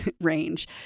range